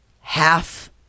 half